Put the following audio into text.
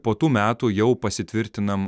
po tų metų jau pasitvirtinam